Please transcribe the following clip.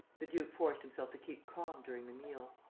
the duke forced himself to keep calm during the meal.